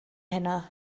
heno